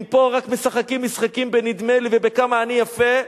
אם פה רק משחקים בנדמה לי, ובכמה אני יפה,